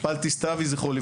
פלטי סתוי ז"ל,